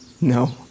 no